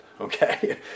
okay